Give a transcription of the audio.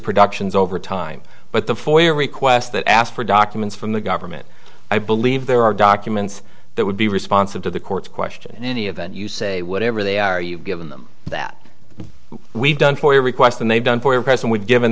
productions over time but the foyer requests that ask for documents from the government i believe there are documents that would be responsive to the court's question in any event you say whatever they are you've given them that we've done for your request and they've done for your press and we've given